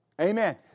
Amen